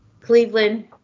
Cleveland